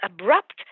abrupt